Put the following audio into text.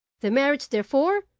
the marriage, therefore,